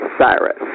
Cyrus